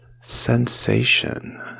sensation